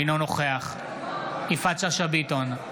אינו נוכח יפעת שאשא ביטון,